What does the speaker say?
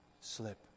slip